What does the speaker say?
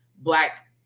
Black